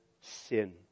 sin